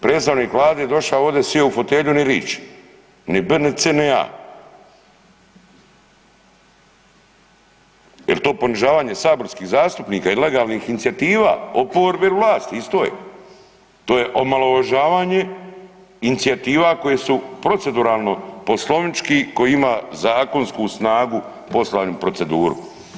Predstavnik Vlade došao ovdje sjeo u fotelju ni riči, ni b, ni c, ni a. jel to ponižavanje saborskih zastupnika i legalnih inicijativa, oporbe il vlasti isto je, to je omalovažavanje inicijativa koje su proceduralno poslovnički koji ima zakonsku snagu poslani u proceduru.